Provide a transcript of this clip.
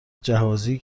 جهازی